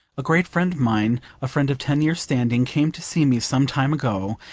a great friend of mine a friend of ten years' standing came to see me some time ago,